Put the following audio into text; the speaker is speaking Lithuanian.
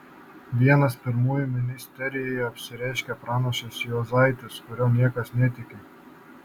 vienas pirmųjų ministerijoje apsireiškia pranašas juozaitis kuriuo niekas netiki